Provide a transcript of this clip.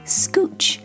scooch